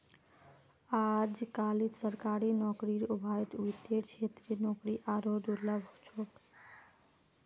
अजकालित सरकारी नौकरीर अभाउत वित्तेर क्षेत्रत नौकरी आरोह दुर्लभ छोक